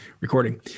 recording